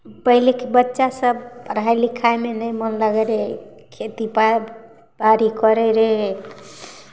पहिलेके बच्चासभ पढ़ाइ लिखाइमे नहि मन लगै रहै खेती बा बाड़ी करै रहै